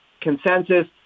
consensus